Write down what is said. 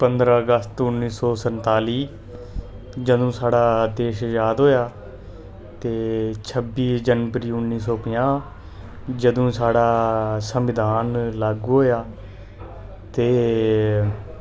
पंदरां अगस्त उन्नी सौ संताली जदूं साढ़ा देश अज़ाद होएया ते छब्बी जनवरी उन्नी सौ पंजाह् जदूं साढ़ा संविधान लागू होएया ते